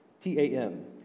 T-A-M